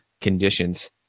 conditions